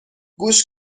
گوش